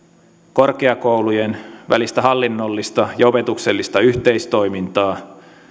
korkeakoulujen välistä hallinnollista ja opetuksellista yhteistoimintaa